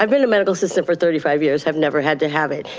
um been a medical assistant for thirty five years, i've never had to have it,